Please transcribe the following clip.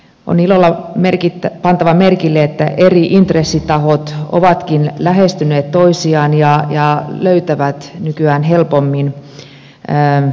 on ilolla pantava merkille että eri intressitahot ovatkin lähestyneet toisiaan ja löytävät nykyään helpommin hyvän ratkaisumallin